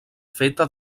feta